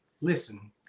Listen